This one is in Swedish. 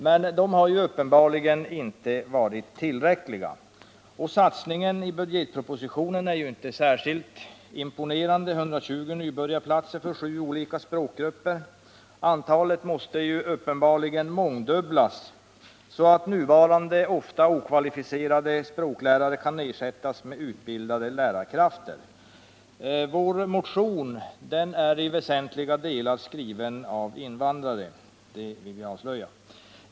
Men dessa har uppenbarligen inte varit tillräckliga. Den satsning som föreslås i budgetpropositionen är inte särskilt imponerande — 120 nybörjarplatser för sju olika språkgrupper. Det antalet måste uppenbarligen mångdubblas, så att nuva rande, ofta okvalificerade språklärare kan ersättas med utbildade lärarkrafter. Vår motion nr 1073 är i väsentliga delar skriven av invandrare — det vill jag avslöja.